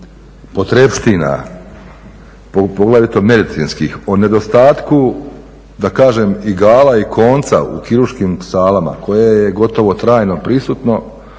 potrepština poglavito medicinskih, o nedostatku da kažem igala i konca u kirurškim salama koje je gotovo trajno prisutno